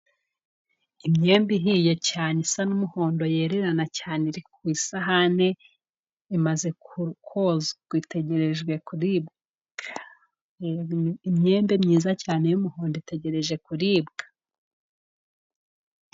Imyembe ihiye cyane isa n'umuhondo yererana cyane iri ku isahane, imaze kozwa. Itegerejwe kuribwa. Imyembe myiza cyane y'umuhondo itegereje kuribwa.